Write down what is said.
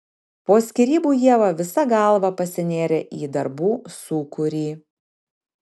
po skyrybų ieva visa galva pasinėrė į darbų sūkurį